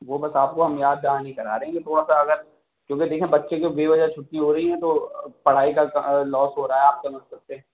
وہ بس آپ کو ہم یاد دہانی کرا رہے ہیں کہ تھوڑا سا اگر کیونکہ دیکھیں بچے کے بے وجہ چُھٹی ہو رہی ہیں تو پڑھائی کا لوس ہو رہا ہے آپ سمجھ سکتے ہیں